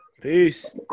Peace